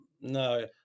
no